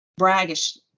braggish